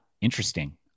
interesting